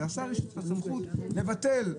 ולשר יש סמכות לבטל.